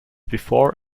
before